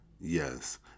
yes